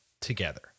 together